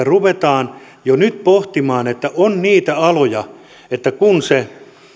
ruvetaan jo nyt pohtimaan niitä aloja että kun se